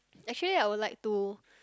actually I would like to